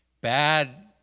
bad